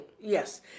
Yes